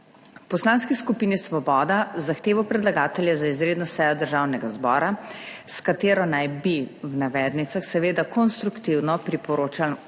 Poslanski skupini Svoboda zahtevo predlagatelja za izredno sejo Državnega zbora, s katero naj bi – v navednicah seveda - konstruktivno priporočali,